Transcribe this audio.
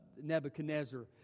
Nebuchadnezzar